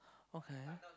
okay